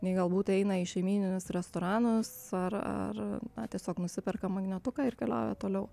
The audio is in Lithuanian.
nei galbūt eina į šeimyninius restoranus ar ar tiesiog nusiperka magnetuką ir keliauja toliau